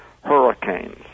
hurricanes